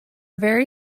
very